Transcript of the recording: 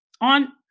on